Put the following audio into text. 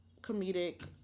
comedic